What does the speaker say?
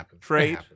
trade